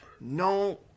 No